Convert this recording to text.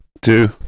Two